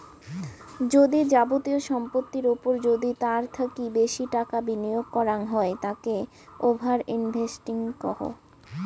যদি যাবতীয় সম্পত্তির ওপর যদি তার থাকি বেশি টাকা বিনিয়োগ করাঙ হই তাকে ওভার ইনভেস্টিং কহু